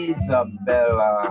Isabella